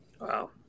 Wow